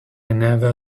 never